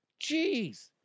Jeez